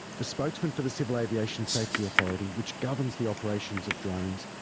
the spokesman for the civil aviation safety authority, which governs the operations of drones,